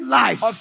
life